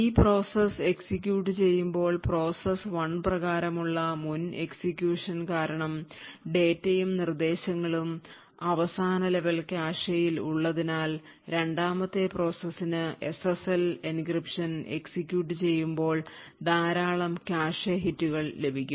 ഈ process execute ചെയ്യുമ്പോൾ process 1 പ്രകാരമുള്ള മുൻ എക്സിക്യൂഷൻ കാരണം ഡാറ്റയും നിർദ്ദേശങ്ങളും അവസാന ലെവൽ കാഷെയിൽ ഉള്ളതിനാൽ രണ്ടാമത്തെ പ്രോസസ്സിനു എസ്എസ്എൽ എൻക്രിപ്ഷൻ എക്സിക്യൂട്ട് ചെയ്യുമ്പോൾ ധാരാളം കാഷെ ഹിറ്റുകൾ ലഭിക്കും